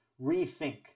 rethink